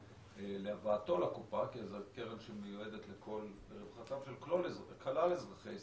להבאתו לקופה כי זאת קרן שמיועדת לרווחתם של כלל אזרחי ישראל,